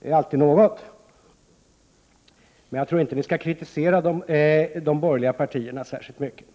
Det är alltid något, men jag tror inte att ni skall kritisera de borgerliga partierna särskilt mycket.